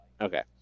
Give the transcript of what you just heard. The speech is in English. Okay